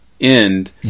end